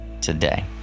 today